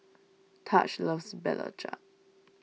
Tahj loves Belacan